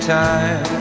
time